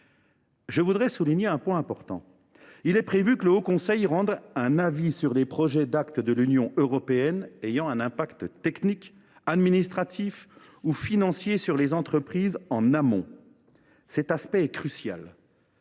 Je tiens à souligner un point important : il est prévu que le haut conseil rende en amont « un avis sur les projets d’acte de l’Union européenne ayant un impact technique, administratif ou financier sur les entreprises ». Cet aspect est crucial.